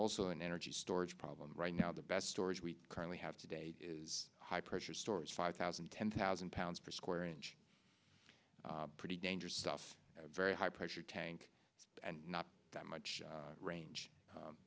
also an energy storage problem right now the best storage we currently have today is high pressure sores five thousand ten thousand pounds per square inch pretty dangerous stuff very high pressure tank and not that much range